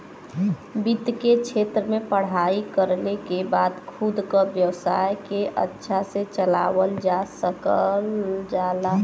वित्त के क्षेत्र में पढ़ाई कइले के बाद खुद क व्यवसाय के अच्छा से चलावल जा सकल जाला